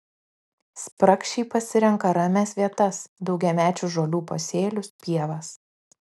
spragšiai pasirenka ramias vietas daugiamečių žolių pasėlius pievas